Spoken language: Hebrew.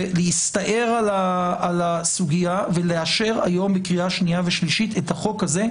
ולהסתער על הסוגייה ולאשר היום בקריאה שנייה ושלישית את החוק הזה,